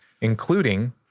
including